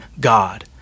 God